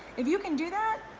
if you can do that,